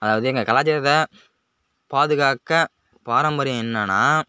அதாவது எங்க கலாச்சாரத்தை பாதுகாக்க பாரம்பரியம் என்னென்னா